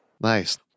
Nice